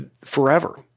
forever